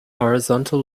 horizontal